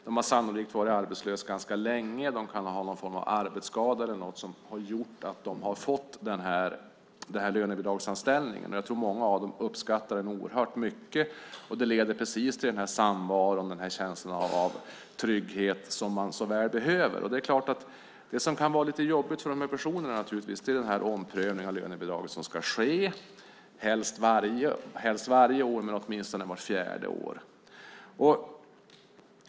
De har sannolikt varit arbetslösa ganska länge. De kan ha någon form av arbetsskada eller något annat som har gjort att de har fått den här lönebidragsanställningen. Jag tror att många uppskattar sin anställning oerhört mycket, och det leder precis till den samvaro och känsla av trygghet som man så väl behöver. Det som naturligtvis kan vara lite jobbigt för de här personerna är omprövningen av lönebidraget som ska ske - helst varje år men åtminstone vart fjärde år.